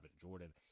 Jordan